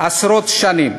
עשרות שנים,